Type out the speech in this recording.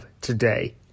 today